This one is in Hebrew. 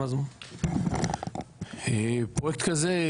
פרויקט כזה,